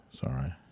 Sorry